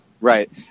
Right